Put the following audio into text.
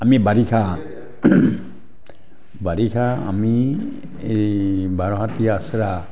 আমি বাৰিষা বাৰিষা আমি এই বাৰহতীয়া আশ্ৰা